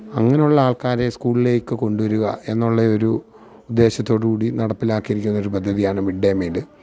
അങ്ങനെയുള്ള ആള്ക്കാരെ സ്കൂളിലേക്ക് കൊണ്ടുവരിക എന്നുള്ള ഒരു ഉദ്ദേശത്തോടു കൂടി നടപ്പിലാക്കിയിരിക്കുന്ന ഒരു പദ്ധതിയാണ് മിഡ്ഡേ മീല്